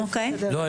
לא.